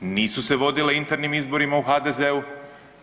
Nisu se vodile internim izborima u HDZ-u.